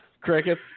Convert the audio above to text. Cricket